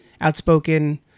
outspoken